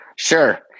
Sure